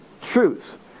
truth